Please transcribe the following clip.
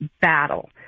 battle